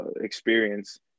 experience